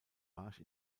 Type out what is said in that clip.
marsch